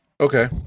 Okay